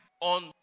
on